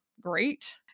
great